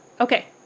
okay